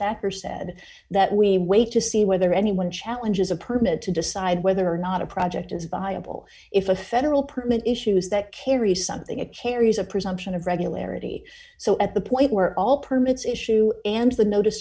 that or said that we wait to see whether anyone challenges a permit to decide whether or not a project is viable if a federal permit issues that carry something it carries a presumption of regularity so at the point where all permits issue